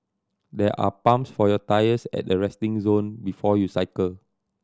there are pumps for your tyres at the resting zone before you cycle